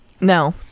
No